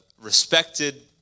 respected